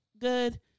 good